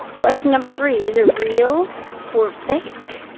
question number three, is it real or fake?